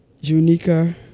junica